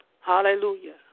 Hallelujah